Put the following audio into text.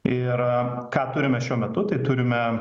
ir ką turime šiuo metu tai turime